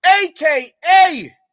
aka